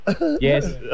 Yes